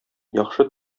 яхшы